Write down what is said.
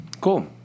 Cool